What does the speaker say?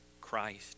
Christ